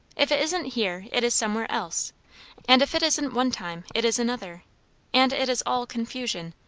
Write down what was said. if it isn't here, it is somewhere else and if it isn't one time, it is another and it is all confusion.